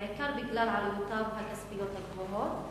בעיקר בגלל עלויותיו הכספיות הגבוהות,